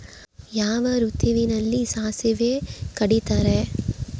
ಯಾವ ಋತುವಿನಲ್ಲಿ ಸಾಸಿವೆ ಕಡಿತಾರೆ?